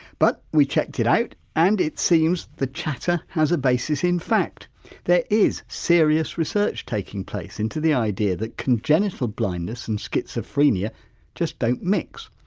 but we checked it out and it seems the chatter has a basis in fact there is serious research taking place into the idea that congenital blindness and schizophrenia just don't mix.